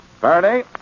Faraday